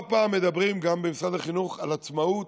לא פעם מדברים גם במשרד החינוך על עצמאות,